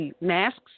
masks